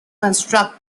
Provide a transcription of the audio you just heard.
construct